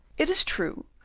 it is true,